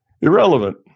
irrelevant